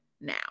now